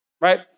Right